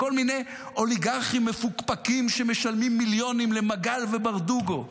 כל מיני אוליגרכים מפוקפקים שמשלמים מיליונים למגל וברדוגו.